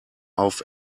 auf